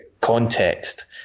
context